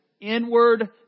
inward